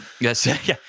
Yes